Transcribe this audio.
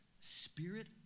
spirit